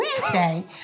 Wednesday